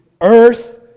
earth